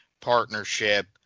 partnership